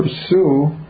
pursue